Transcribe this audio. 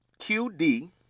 QD